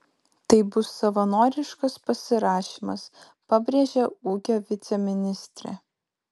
tai bus savanoriškas pasirašymas pabrėžia ūkio viceministrė